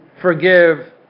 forgive